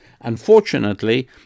Unfortunately